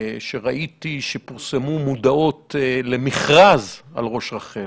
כשראיתי שפורסמו מודעות למכרז לראש רח"ל.